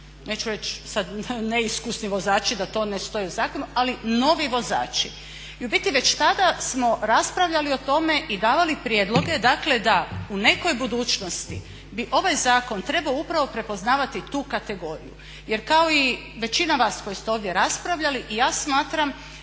Neću reći sad neiskusni vozači da to ne stoji u zakonu ali novi vozači. I u biti već tada smo raspravljali o tome i davali prijedloge dakle da u nekoj budućnosti bi ovaj zakon trebao upravo prepoznavati tu kategoriju. Jer kao i većina vas koji ste ovdje raspravljali i ja smatram